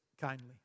kindly